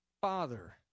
Father